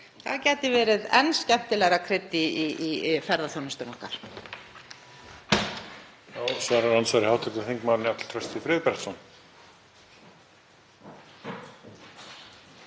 Það gæti verið enn skemmtilegra krydd í ferðaþjónustuna okkar.